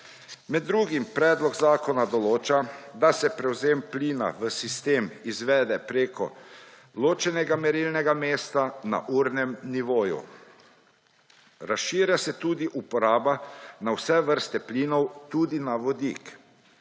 Med drugim predlog zakona določa, da se prevzem plina v sistem izvede prek ločenega merilnega mesta na urnem nivoju. Razširja se tudi uporaba na vse vrste plinov, tudi na vodik.